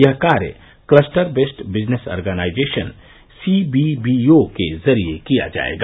यह कार्य cluster based business organisation CBBO के जरिये किया जाएगा